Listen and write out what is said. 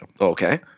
Okay